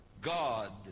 God